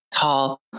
tall